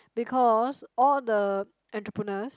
because all the entrepeneurs